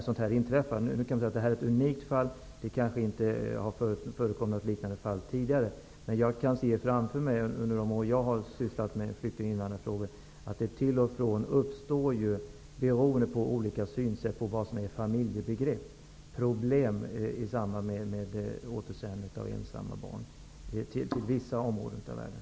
Det här kanske är ett unikt fall på så sätt att något liknande tidigare inte har förekommit, men under de år jag har sysslat med flykting och invandrarfrågor har jag sett att det, beroende på olika sätt att se på vad som ryms i begreppet familj, till och från uppstår problem i samband med återsändande av ensamma barn till vissa områden av världen.